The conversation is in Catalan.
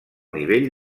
nivell